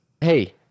hey